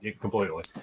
completely